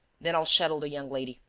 then i'll shadow the young lady,